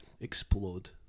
explode